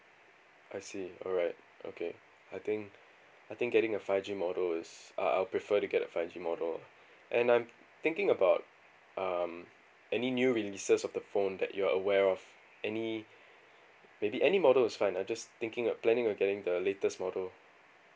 I see alright okay I think I think getting a five G model is uh I'll prefer to get a five G model and I'm thinking about um any new releases of the phone that you're aware of any maybe any model is fine I just thinking of planning on getting the latest model